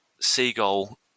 Seagull